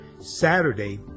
Saturday